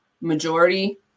majority